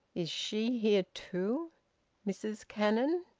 is she here too mrs cannon?